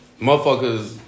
motherfuckers